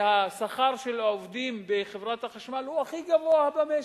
והשכר של עובדים בחברת החשמל הוא הכי גבוה במשק.